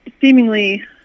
seemingly